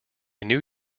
new